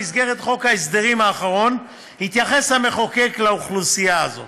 במסגרת חוק ההסדרים האחרון התייחס המחוקק לאוכלוסייה הזו